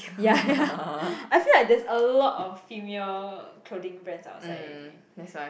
ya ya I feel like there's a lot of female clothing brands outside already